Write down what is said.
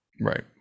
right